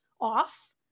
off